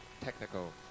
technical